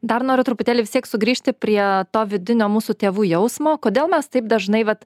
dar noriu truputėlį vis tiek sugrįžti prie to vidinio mūsų tėvų jausmo kodėl mes taip dažnai vat